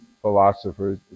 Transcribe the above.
philosophers